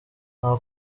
nta